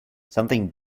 something